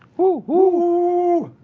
whoo,